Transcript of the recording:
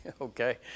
Okay